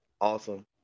awesome